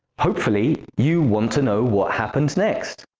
hopefully, you want to know what happened next.